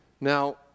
Now